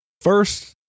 first